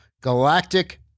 Galactic